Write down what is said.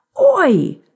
Oi